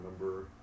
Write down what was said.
number